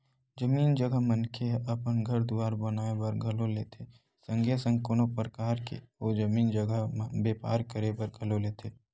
जमीन जघा मनखे ह अपन घर दुवार बनाए बर घलो लेथे संगे संग कोनो परकार के ओ जमीन जघा म बेपार करे बर घलो लेथे